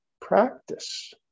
practice